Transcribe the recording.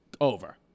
over